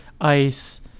Ice